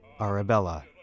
Arabella